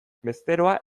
bezeroa